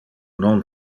non